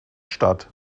statt